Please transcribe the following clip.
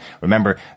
Remember